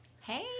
Hey